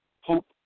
hope